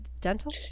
dental